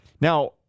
now